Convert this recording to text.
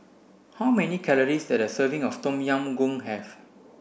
how many calories does a serving of Tom Yam Goong have